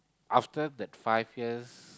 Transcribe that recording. after that five years